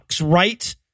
right